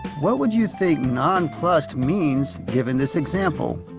what would you think nonplussed means given this example.